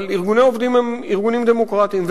אבל ארגוני עובדים הם ארגונים דמוקרטיים,